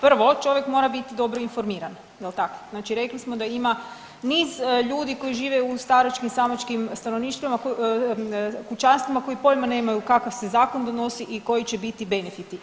Prvo, čovjek mora biti dobro informiran, jel tako, znači rekli smo da ima niz ljudi koji žive u staračkim, samačkim stanovništvima kućanstvima koji pojma nemaju kakav se zakon donosi i koji će biti benefiti.